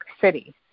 city